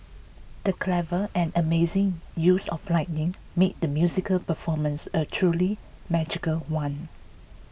the clever and amazing use of lighting made the musical performance a truly magical one